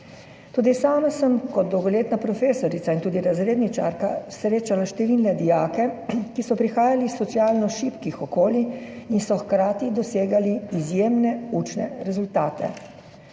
Tudi sama sem kot dolgoletna profesorica in tudi razredničarka srečala številne dijake, ki so prihajali iz socialno šibkih okolij in so hkrati dosegali izjemne učne rezultate.